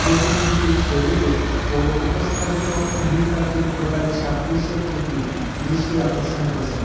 প্রতিকৃতির শৈলীতে ও উপস্থাপিত নৃতাত্ত্বিক প্রকারের সাদৃশ্যের প্রতি দৃষ্টি আকর্ষণ করেছেন